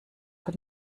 von